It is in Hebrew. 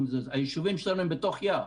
היישובים שלנו הם בתוך יער.